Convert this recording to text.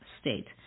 state